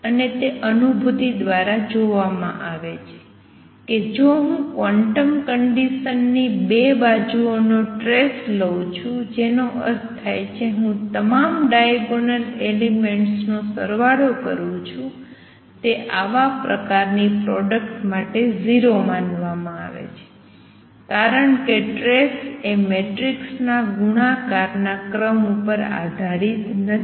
અને તે અનુભૂતિ દ્વારા જોવામાં આવે છે કે જો હું ક્વોન્ટમ કંડિસનની 2 બાજુઓનો ટ્રેસ લઉં છું જેનો અર્થ થાય છે હું તમામ ડાયગોનલ એલિમેંટસ નો સરવાળો કરું છું તે આવા પ્રકારની પ્રોડક્ટ માટે 0 માનવામાં આવે છે કારણ કે ટ્રેસ એ મેટ્રિક્સ ના ગુણાકારના ક્રમ ઉપર આધારિત નથી